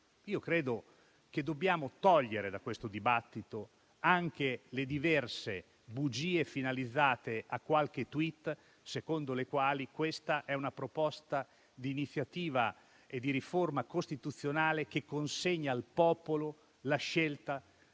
Credo che dobbiamo rimuovere da questo dibattito anche le diverse bugie finalizzate a qualche *tweet*, secondo le quali questa è una proposta di riforma costituzionale che consegna al popolo la scelta